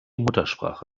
muttersprache